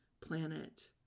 planet